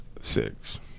Six